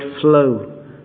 flow